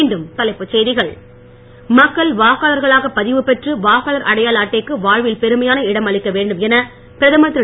மீண்டும் தலைப்புச் செய்திகள் மக்கள் வாக்களர்களாக பதிவு பெற்று வாக்களர் அடையாள அட்டைக்கு வாழ்வில் பெருமையான இடம்அளிக்க வேண்டும் என பிரதமர் திரு